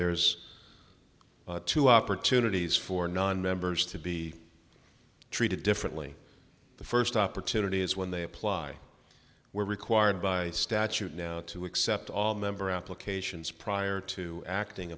there's two opportunities for nonmembers to be treated differently the first opportunity is when they apply were required by statute now to accept all member applications prior to acting